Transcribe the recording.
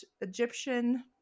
Egyptian